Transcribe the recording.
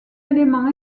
élément